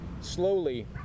slowly